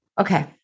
Okay